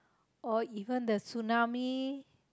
or even the tsunami